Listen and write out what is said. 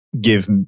give